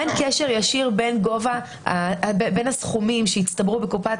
אין קשר ישיר בין הסכומים שהצטברו בקופת